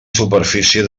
superfície